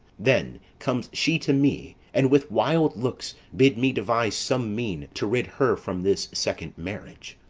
then comes she to me and with wild looks bid me devise some mean to rid her from this second marriage,